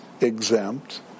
exempt